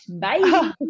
bye